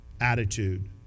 attitude